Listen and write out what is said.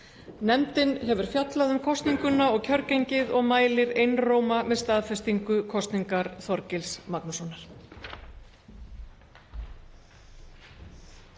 Nefndin hefur fjallað um kosninguna og kjörgengið og mælir einróma með staðfestingu kosningar Þorgils Magnússonar.